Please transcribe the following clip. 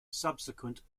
subsequent